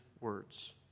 words